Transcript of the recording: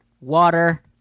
water